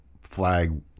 flag